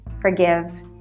forgive